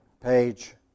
page